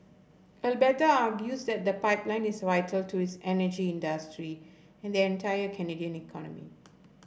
Alberta argues that the pipeline is vital to its energy industry and the entire Canadian economy